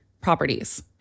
properties